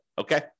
okay